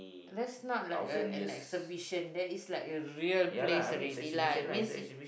that's not like a an exhibition that is like a real place already lah it means it